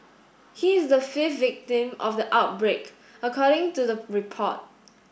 he is the fifth victim of the outbreak according to the report